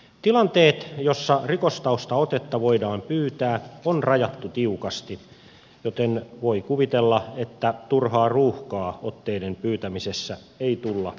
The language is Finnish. tilanteet joissa rikostaustaotetta voidaan pyytää on rajattu tiukasti joten voi kuvitella että turhaa ruuhkaa otteiden pyytämisessä ei tulla näkemään